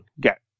get